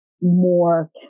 more